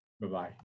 Bye-bye